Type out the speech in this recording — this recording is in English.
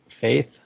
faith